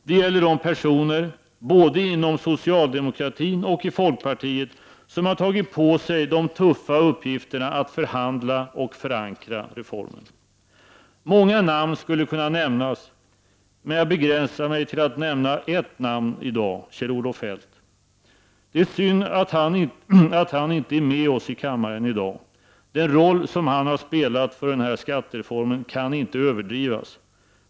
Det gäller de personer, både inom socialdemokratin och i folkpartiet, som har tagit på sig de tuffa uppgifterna att förhandla om och förankra reformen. Många namn skulle kunna nämnas, men jag begränsar mig till att nämna ett namn, nämligen Kjell-Olof Feldt. Det är synd att han inte är med oss i kammaren i dag. Den roll som han har spelat för den här skattereformen kan inte överdrivas.